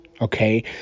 Okay